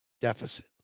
deficit